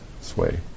Sway